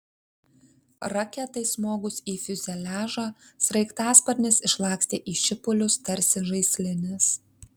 raketai smogus į fiuzeliažą sraigtasparnis išlakstė į šipulius tarsi žaislinis